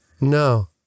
No